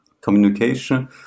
Communication